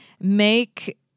make